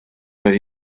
that